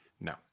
no